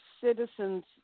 citizen's